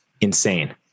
insane